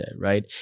Right